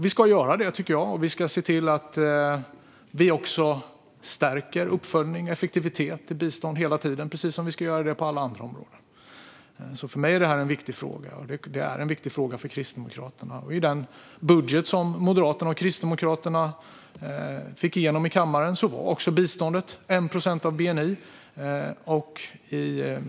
Vi ska göra det, tycker jag. Vi ska se till att vi också stärker uppföljning och effektivitet i bistånd hela tiden, precis som vi ska göra på alla andra områden. För mig är det en viktig fråga, och det är en viktig fråga för Kristdemokraterna. I den budget som Moderaterna och Kristdemokraterna fick igenom i kammaren var biståndet 1 procent av bni.